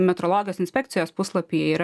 metrologijos inspekcijos puslapy yra